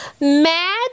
Mad